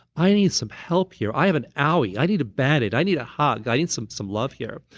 i need some help here. i have an owie. i need a bandaid. i need a hug. i need some some love here.